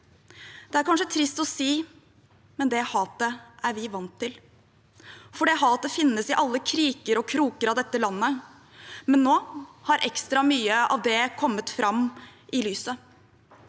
Det er kanskje trist å si, men dette hatet er vi vant til. For det hatet finnes i alle kriker og kroker av dette landet, men nå har ekstra mye av det kommet frem i lyset.